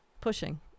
pushing